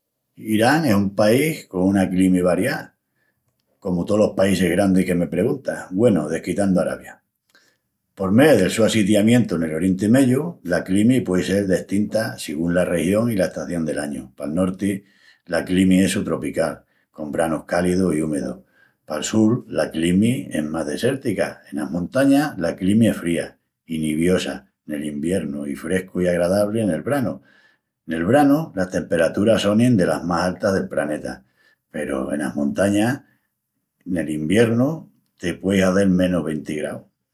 Irán es un país con una climi variá, comu tolos paísis grandis que me preguntas, güenu, desquitandu Arabia. Por mé del su assitiamientu nel Orienti Meyu, la climi puei sel destinta sigún dela región i la estación del añu. Pal norti, la climi es sutropical, con branus cálidus i úmedus. Pal sul la climi es más desértica. Enas montañas, la climi es fría i nievosa nel iviernu, i frescu i agradabli nel branu. Nel branu, las temperaturas sonin delas más altas del planeta peru enas montañas nel iviernu te puei hazel menus venti graus.